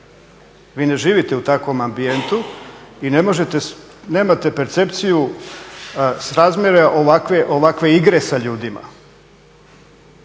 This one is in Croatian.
Vi ne živite u takvom ambijentu i ne možete, nemate percepciju srazmjera ovakve igre sa ljudima.